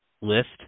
list